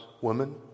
women